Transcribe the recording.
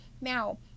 Now